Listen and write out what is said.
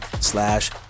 slash